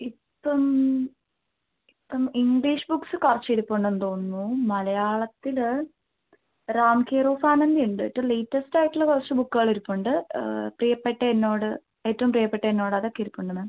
ഇപ്പം ഇപ്പം English books കുറച്ച് ഇരിപ്പുണ്ടെന്ന് തോന്നുന്നു മലയാളത്തിൽ റാം കെയർ ഓഫ് ആനന്ദി ഉണ്ട് ഏറ്റവും ലേറ്റസ്റ്റ് ആയിട്ടുള്ള കുറച്ച് ബുക്കുകൾ ഇരിപ്പുണ്ട് പ്രിയപ്പെട്ട എന്നോട് ഏറ്റവും പ്രിയപ്പെട്ട എന്നോട് അതൊക്കെ ഇരിപ്പുണ്ട് മാം